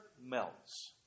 melts